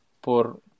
por